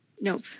Nope